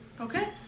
Okay